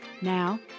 Now